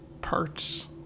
parts